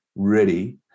Ready